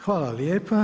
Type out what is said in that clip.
Hvala lijepa.